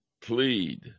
plead